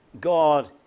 God